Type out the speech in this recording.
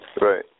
Right